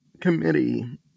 committee